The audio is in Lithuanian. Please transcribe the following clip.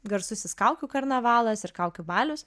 garsusis kaukių karnavalas ir kaukių balius